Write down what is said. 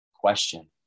Question